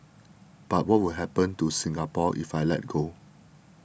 but what will happen to Singapore if I let go